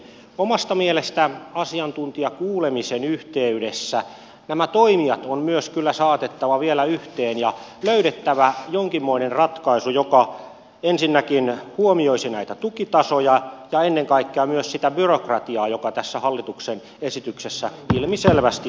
omasta mielestäni myös asiantuntijakuulemisen yhteydessä nämä toimijat on kyllä saatettava vielä yhteen ja löydettävä jonkinmoinen ratkaisu joka ensinnäkin huomioisi näitä tukitasoja ja ennen kaikkea myös sitä byrokratiaa joka tässä hallituksen esityksessä ilmisel västi on mukana